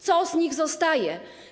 Co z nich zostaje?